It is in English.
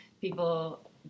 people